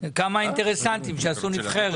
כמה אינטרסנטים שעשו נבחרת.